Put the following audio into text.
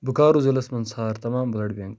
بُکارو ضِلعس مَنٛز ژھار تمام بٕلڈ بیٚنٛک